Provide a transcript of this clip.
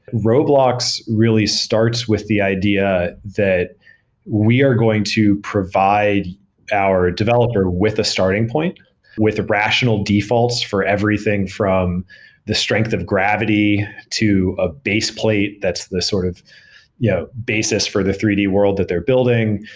roblox really starts with the idea that it we are going to provide our developer with a starting point with rational defaults for everything, from the strength of gravity, to a base plate that's the sort of yeah basis for the three d world that they're building,